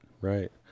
right